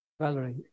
Valerie